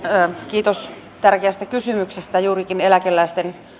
kiitos tärkeästä kysymyksestä juurikin eläkeläisten